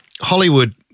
Hollywood